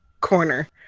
corner